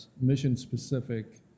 mission-specific